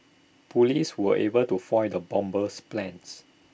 Police were able to foil the bomber's plans